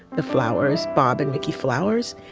the flowers, bob and vicki flowers.